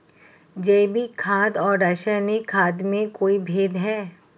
जैविक खाद और रासायनिक खाद में कोई भेद है?